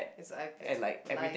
it's a iPad lie